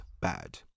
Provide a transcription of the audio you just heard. bad